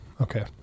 okay